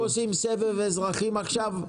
אנחנו עושים סבב אזרחים עכשיו.